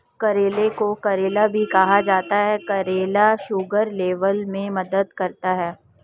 करेले को करेला भी कहा जाता है करेला शुगर लेवल में मदद करता है